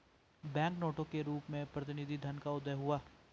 bank नोटों के रूप में प्रतिनिधि धन का उदय हुआ